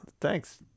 Thanks